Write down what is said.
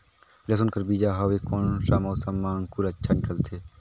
लसुन कर बीजा हवे कोन सा मौसम मां अंकुर अच्छा निकलथे?